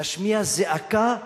להשמיע זעקה מוסרית.